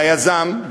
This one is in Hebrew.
ליזם,